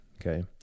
Okay